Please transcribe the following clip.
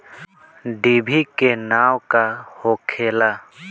डिभी के नाव का होखेला?